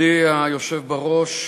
מכובדי היושב בראש,